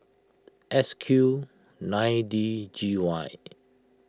S Q nine D G Y